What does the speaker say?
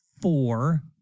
four